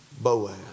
Boaz